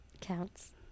Counts